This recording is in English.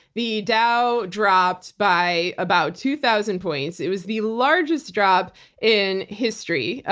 the dow dropped by about two thousand points. it was the largest drop in history.